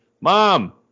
Mom